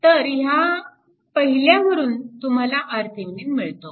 तर ह्या पहिल्यावरून तुम्हाला RThevenin मिळतो